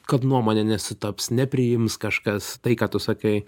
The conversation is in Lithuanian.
kad nuomonė nesutaps nepriims kažkas tai ką tu sakai